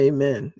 Amen